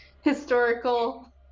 historical